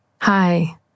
Hi